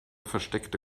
versteckte